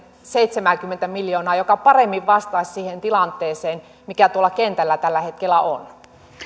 seitsemääkymmentä miljoonaa joka paremmin vastaisi siihen tilanteeseen mikä tuolla kentällä tällä hetkellä on